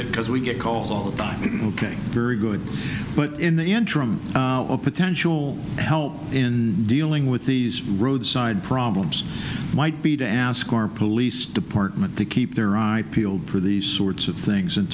because we get calls all the time ok very good but in the interim a potential help in dealing with these roadside problems might be to ask our police department to keep their eye peeled for these sorts of things and